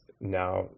now